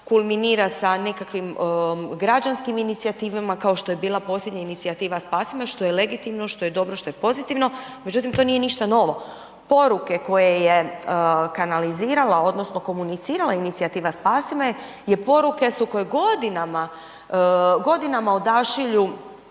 kulminira se nekakvim građanskim inicijativama, kao što se bila posljednja inicijativa Spasi me, što je legitimno, što je dobro, što je pozitivno, međutim, to nije ništa novo. Poruke koje je kanalizirala odnosno komunicirala inicijativa Spasi me je poruke su koje godinama odašilju